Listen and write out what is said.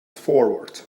forward